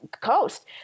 coast